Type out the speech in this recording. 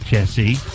Jesse